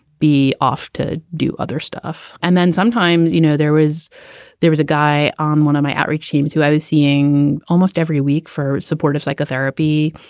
be off to do other stuff. and then sometimes, you know, there was there was a guy on one of my outreach teams who i was seeing almost every week for supportive psychotherapy,